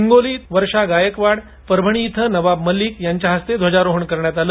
हिंगोलीत वर्षा गायकवाड परभणी इथं नवाब मलिक यांच्या हस्ते ध्वजारोहण करण्यात आलं